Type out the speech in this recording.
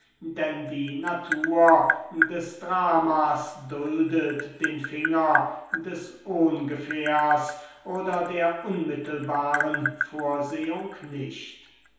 denn die natur des dramas duldet den finger des ohngefährs oder der unmittelbaren vorsehung nicht